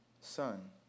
son